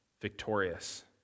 victorious